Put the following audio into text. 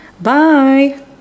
Bye